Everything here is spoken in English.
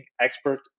expert